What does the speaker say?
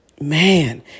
Man